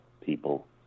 people